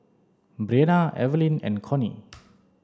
Brianna Evelyne and Connie